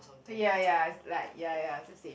ya ya is like ya ya just same